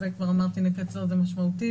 זה כבר אמרתי שנקצר את זה משמעותית,